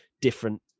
different